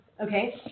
okay